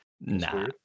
Nah